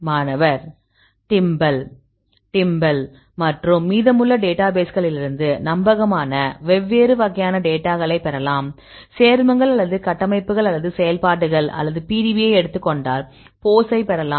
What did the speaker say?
மாணவர் டிம்பல் டிம்பல் மற்றும் மீதமுள்ள டேட்டாபேஸ்களிலிருந்து நம்பகமான வெவ்வேறு வகையான டேட்டாக்களை பெறலாம் சேர்மங்கள் அல்லது கட்டமைப்புகள் அல்லது செயல்பாடுகள் அல்லது PDB யை எடுத்துக் கொண்டால் போஸைப் பெறலாம்